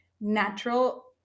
Natural